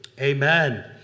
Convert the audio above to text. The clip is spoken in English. Amen